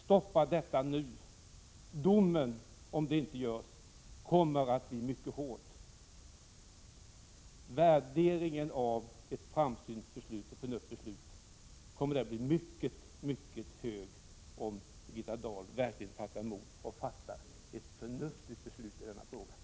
Stoppa detta kolkraftverk nu! Om det inte görs, kommer domen att bli mycket hård. Värderingen av ett framsynt beslut kommer att bli mycket hög om Birgitta Dahl verkligen tar mod till sig och fattar ett förnuftigt beslut i denna fråga.